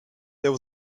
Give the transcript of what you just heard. there